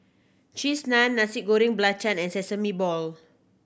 Cheese Naan Nasi Goreng Belacan and Sesame Ball